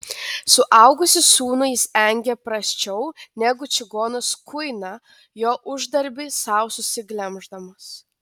suaugusį sūnų jis engė prasčiau negu čigonas kuiną jo uždarbį sau susiglemždamas